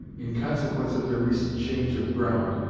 in consequence of their recent change of ground,